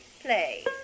Play